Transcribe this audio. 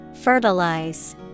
Fertilize